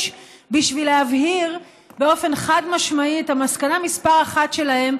בשביל להבהיר באופן חד-משמעי את המסקנה מספר אחת שלהם: